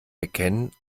erkennen